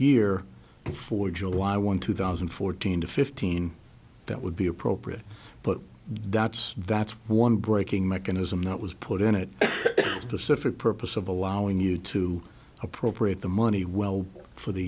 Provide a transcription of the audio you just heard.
year for july one two thousand and fourteen to fifteen that would be appropriate but that's that's one breaking mechanism that was put in it specific purpose of allowing you to appropriate the money well for the